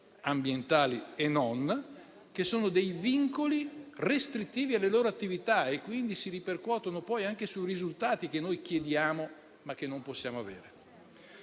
ambientali e non, che sono dei vincoli restrittivi alle loro attività e, quindi, si ripercuotono poi anche sui risultati che noi chiediamo, ma che non possiamo avere.